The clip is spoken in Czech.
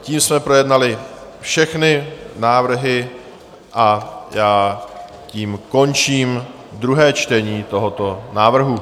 Tím jsme projednali všechny návrhy a já tím končím druhé čtení tohoto návrhu.